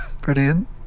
brilliant